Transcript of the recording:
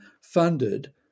funded